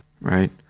Right